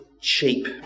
cheap